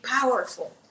powerful